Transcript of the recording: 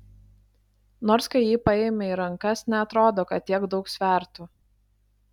nors kai jį paimi į rankas neatrodo kad tiek daug svertų